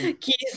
keys